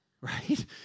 right